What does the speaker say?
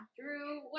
Drew